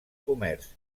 comerç